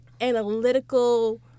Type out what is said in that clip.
analytical